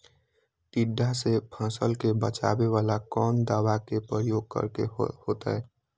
टिड्डा से फसल के बचावेला कौन दावा के प्रयोग करके होतै?